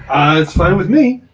um that's fine with me!